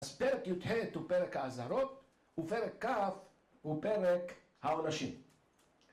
‫אז פרק י״ט הוא פרק האזהרות, ופרק כ׳ הוא פרק העונשים.